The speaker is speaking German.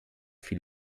viel